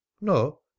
no